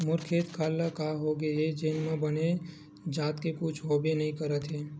मोर खेत खार ल का होगे हे जेन म बने जात के कुछु होबे नइ करत हे